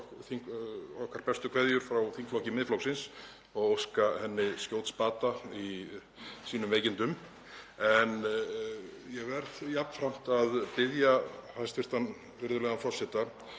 okkar bestu kveðjur frá þingflokki Miðflokksins og óska henni skjóts bata í sínum veikindum. Ég verð jafnframt að biðja hæstv. virðulegan forseta